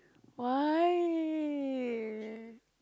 why